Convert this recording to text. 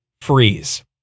freeze